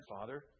Father